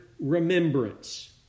remembrance